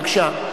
בבקשה.